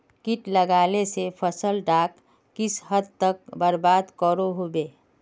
किट लगाले से फसल डाक किस हद तक बर्बाद करो होबे?